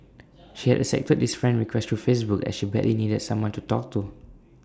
she had accepted this friend request through Facebook as she badly needed someone to talk to